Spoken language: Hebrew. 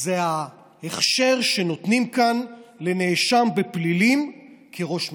זה ההכשר שנותנים כאן לנאשם בפלילים כראש ממשלה,